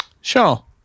Sure